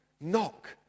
knock